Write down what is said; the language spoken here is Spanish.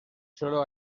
suelo